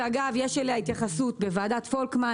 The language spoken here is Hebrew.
ואגב יש אליה התייחסות בוועדת פולקמן